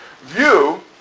view